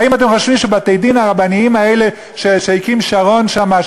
האם אתם חושבים שבתי-הדין הרבניים האלה שהקים שרון שם,